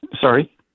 Sorry